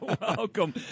welcome